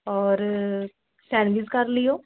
ਔਰ ਸੈਂਡਵਿਚ ਕਰ ਲਿਓ